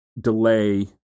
delay